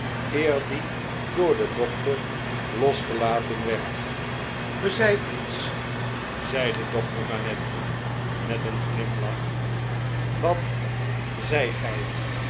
die door den dokter losgelaten werd ge zeidet iets zei dokter manette met een glimlach wat zeidet